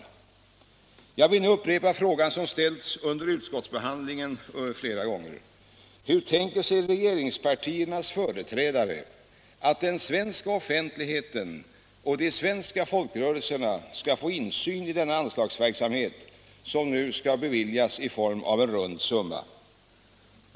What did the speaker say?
tets verksamhets Jag vill nu upprepa frågan som ställts under utskottsbehandlingen flera — område gånger: Hur tänker sig regeringspartiernas företrädare att den svenska offentligheten och de svenska folkrörelserna skall få insyn i denna anslagsverksamhet —- som nu skall beviljas i form av rund summa?